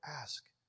ask